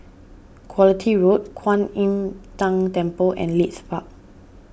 Quality Road Kwan Im Tng Temple and Leith Park